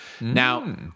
Now